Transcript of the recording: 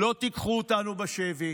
לא תיקחו אותנו בשבי.